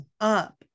up